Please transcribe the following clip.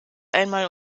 einmal